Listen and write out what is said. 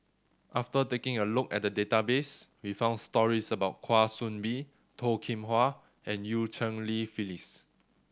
after taking a look at the database we found stories about Kwa Soon Bee Toh Kim Hwa and Eu Cheng Li Phyllis